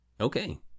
okay